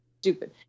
Stupid